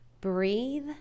breathe